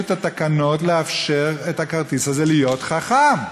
את התקנות לאפשר לכרטיס הזה להיות חכם.